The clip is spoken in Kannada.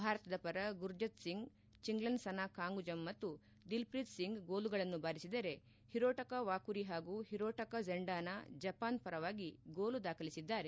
ಭಾರತದ ಪರ ಗುರ್ಜಂತ್ ಸಿಂಗ್ ಚಿಂಗ್ಲೆನ್ಸನಾ ಕಾಂಗುಜಮ್ ಮತ್ತು ದಿಲ್ಪ್ರೀತ್ ಸಿಂಗ್ ಗೋಲುಗಳನ್ನು ಬಾರಿಸಿದರೆ ಹಿರೊಟಕ ವಾಕುರಿ ಹಾಗೂ ಹಿರೊಟಕ ಝೆಂಡಾನ ಜಪಾನ್ ಪರವಾಗಿ ಗೋಲು ದಾಖಲಿಸಿದ್ದಾರೆ